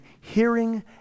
hearing